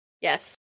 Yes